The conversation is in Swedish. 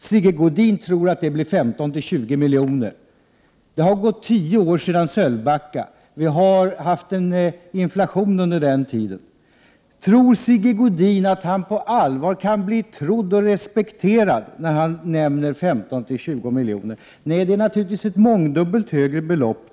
Sigge Godin tror att kostnaden blir 15 till 20 miljoner. Det har gått tio år sedan vi diskuterade Sölvbacka strömmar. Vi har haft inflation under tiden. Tror Sigge Godin att han på allvar kan bli trodd och respekterad när han nämner siffror för kostnaden i storleksordningen 15-20 miljoner? Det handlar naturligtvis om ett mångdubbelt högre belopp!